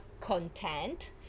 content